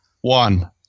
One